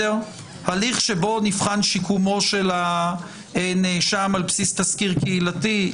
הליך בו נבחן שיקומו של הנאשם על בסיס תסקיר קהילתי,